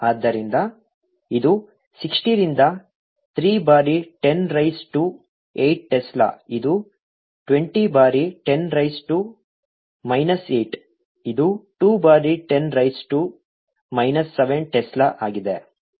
ಆದ್ದರಿಂದ ಇದು 60 ರಿಂದ 3 ಬಾರಿ 10 ರೈಸ್ ಟು 8 ಟೆಸ್ಲಾ ಇದು 20 ಬಾರಿ 10 ರೈಸ್ ಟು ಮೈನಸ್ 8 ಇದು 2 ಬಾರಿ 10 ರೈಸ್ ಟು ಮೈನಸ್ 7 ಟೆಸ್ಲಾ ಆಗಿದೆ